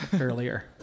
earlier